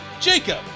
Jacob